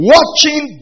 Watching